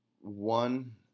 One